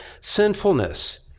sinfulness